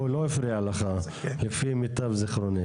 הוא לא הפריע לך לפי מיטב זיכרוני.